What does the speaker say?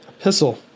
epistle